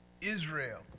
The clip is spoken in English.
Israel